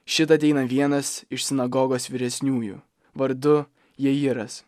šit ateina vienas iš sinagogos vyresniųjų vardu jajiras